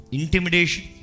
intimidation